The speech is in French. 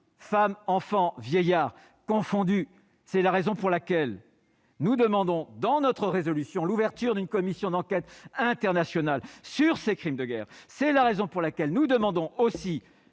femmes, enfants, vieillards confondus. C'est la raison pour laquelle nous demandons, dans notre résolution, l'ouverture d'une commission d'enquête internationale sur ces crimes de guerre. Nous demandons également un soutien massif